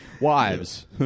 Wives